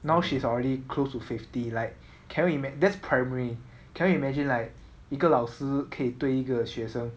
now she's already close to fifty like can you imagine thats primary can you imagine like 一个老师可以对一个学生